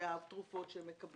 - והתרופות שהם מקבלים.